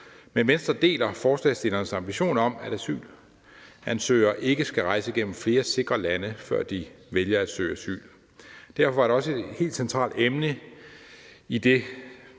Men Venstre deler forslagsstillernes ambition om, at asylansøgere ikke skal rejse gennem flere sikre lande, før de vælger at søge asyl. Derfor var det også et helt centralt emne i det